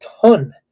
ton